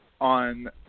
on